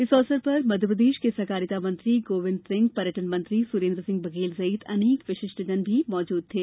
इस अवसर पर मध्यप्रदेश के सहकारिता मंत्री गोविंद सिंह पर्यटन मंत्री सुरेन्द्र सिंह बघेल सहित अनेक विशिष्टजन भी उपस्थित थे